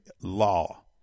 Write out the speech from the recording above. law